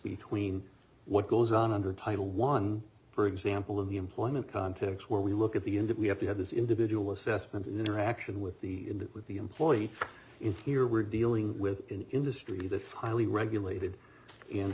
between what goes on under title one for example in the employment context where we look at the end of we have to have this individual assessment interaction with the with the employee in here we're dealing with an industry that's highly regulated in